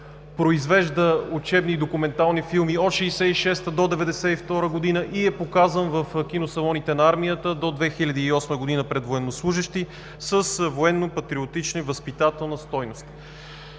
Произвежда учебни и документални фирми от 1966 г. до 1992 г. и е показван в киносалоните на армията до 2008 г. пред военнослужещи с военно-патриотична и възпитателна стойност.